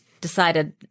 decided